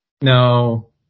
No